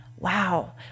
Wow